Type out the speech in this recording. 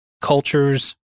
cultures